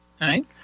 Right